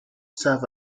serve